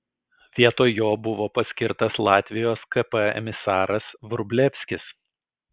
vietoj jo buvo paskirtas latvijos kp emisaras vrublevskis